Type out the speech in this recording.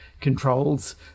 controls